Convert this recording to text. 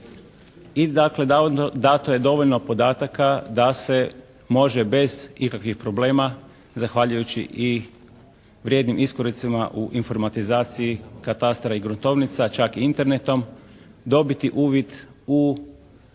i dakle dovoljno podataka da se može bez ikakvih problema zahvaljujući i vrijednim iskoracima u informatizaciji katastara i gruntovnica čak i Internetom dobiti uvid u